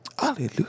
Hallelujah